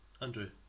Andrew